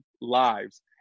lives